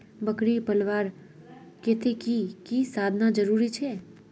बकरी पलवार केते की की साधन जरूरी छे?